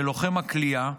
ללוחם הכליאה,